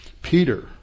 Peter